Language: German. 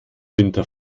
winter